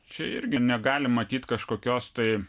čia irgi negalim matyt kažkokios tai